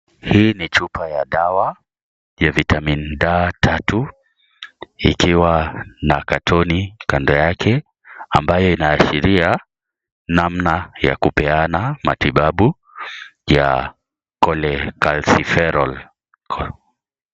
Hii ni chupa ya dawa ya vitamin D3 ikiwa na katoni kando yake ambayo inaashiria namna ya kupeana matibabu ya cholecalciferol .